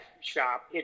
shop